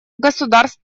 государств